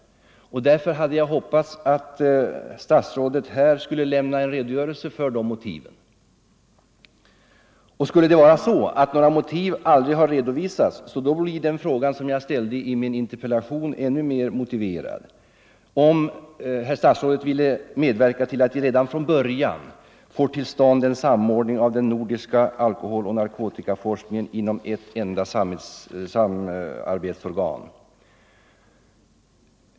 Därför hade jag hoppats att statsrådet här skulle lämna en redogörelse för det motivet. Skulle några sådana motiv aldrig ha redovisats blir den fråga som jag ställt i min interpellation ännu mer motiverad: Vill herr socialministern medverka till att vi redan från början får till stånd en samordning av den nordiska alkoholoch narkotikaforskningen inom ett enda samarbetsorgan?